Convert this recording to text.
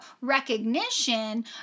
recognition